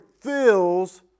fills